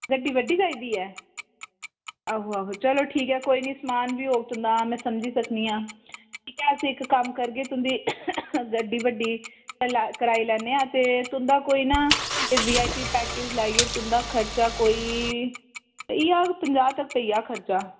गड्डी बड्डी चाहिदी ऐ आहो आहो चलो ठीक ऐ कोई निं समान बी होग तुं'दा में समझी सकनी आं ठीक ऐ अस इक कम्म करगे तुं'दी गड्डी बड्डी कराई लैन्ने आं ते तुं'दा कोई ना वीआईपी पैकेज लाइयै तुं'दा खरचा कोई पेई जाह्ग पंजाह् तक्कर पेई जाह्ग खर्चा